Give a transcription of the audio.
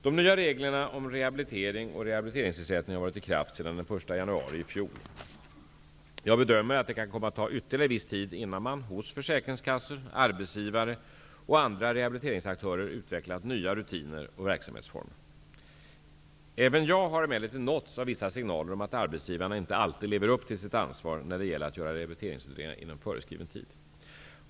De nya reglerna om rehabilitering och rehabiliteringsersättning har varit i kraft sedan den 1 januari 1992. Jag bedömer att det kan komma att ta ytterligare viss tid innan man hos försäkringskassor, arbetsgivare och andra rehabiliteringsaktörer utvecklat nya rutiner och verksamhetsformer. Även jag har emellertid nåtts av vissa signaler om att arbetsgivarna inte alltid lever upp till sitt ansvar när det gäller att göra rehabiliteringsutredningar inom föreskriven tid.